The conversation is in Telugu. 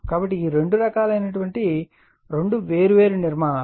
కాబట్టి ఇవి రెండు రకాలైన రెండు వేర్వేరు నిర్మాణాలు